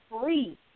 free